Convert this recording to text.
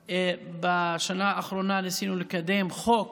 בשנה האחרונה ניסינו לקדם חוק